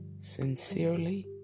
sincerely